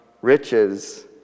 riches